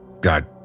God